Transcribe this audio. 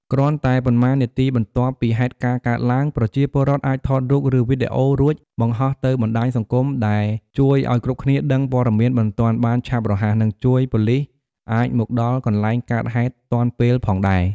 គ្រាន់តែប៉ុន្មាននាទីបន្ទាប់ពី ហេតុការណ៍កើតឡើង ប្រជាពលរដ្ឋ អាច ថតរូប ឬ វីដេអូ រួច បង្ហោះទៅបណ្ដាញសង្គម ដែល ជួយឱ្យគ្រប់គ្នាដឹងព័ត៌មានបន្ទាន់ បានឆាប់រហ័ស និង ជួយប៉ូលិស អាច មកដល់កន្លែងកើតហេតុទាន់ពេល ផងដែរ។